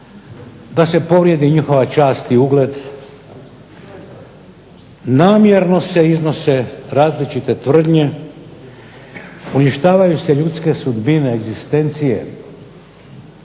da se povrijedi njihova čast i ugled. Namjerno se iznose različite tvrdnje, uništavaju se ljudske sudbine, egzistencije